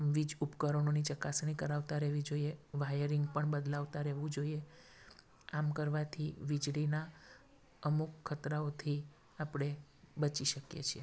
વીજ ઉપકરણોની ચકાસણી કરાવતાં રહેવી જોઈએ વાયરિંગ પણ બદલાવતાં રહેવું જોઈએ આમ કરવાથી વીજળીનાં અમુક ખતરાઓથી આપણે બચી શકીએ છીએ